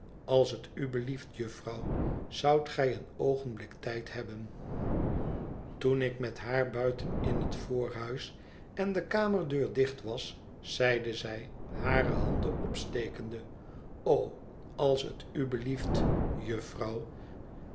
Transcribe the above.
als tu belieft jufvrouw zoudt gij een oogenblik tijd hebben toen ik met haar buiten in het voorhuis en de kamerdeur dicht was zeide zij hare handen opstekende o als tu belieft